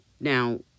Now